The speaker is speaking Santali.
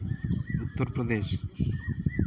ᱩᱛᱛᱚᱨ ᱯᱨᱚᱫᱮᱥ